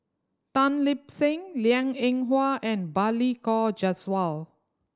Tan Lip Seng Liang Eng Hwa and Balli Kaur Jaswal